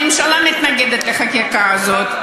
הממשלה מתנגדת לחקיקה הזאת,